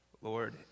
Lord